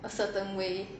a certain way